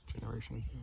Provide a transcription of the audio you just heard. Generations